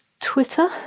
Twitter